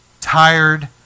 tired